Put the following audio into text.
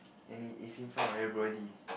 and and it's in front of everybody